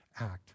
Act